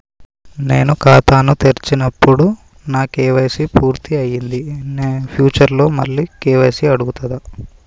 నేను ఖాతాను తెరిచినప్పుడు నా కే.వై.సీ పూర్తి అయ్యింది ఫ్యూచర్ లో మళ్ళీ కే.వై.సీ అడుగుతదా?